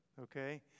Okay